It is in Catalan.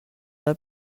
del